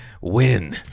Win